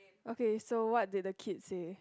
okay so what did the kid say